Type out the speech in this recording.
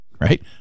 right